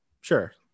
Sure